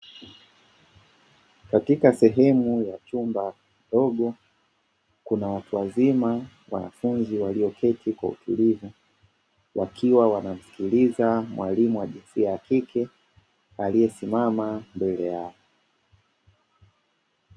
Katika sehemu ya chumba kidogo kuna watu wazima wanafunzi walioketi kwa utulivu, wakiwa wanamsikiliza mwalimu wa jinsia ya kike aliyesimama mbele yao.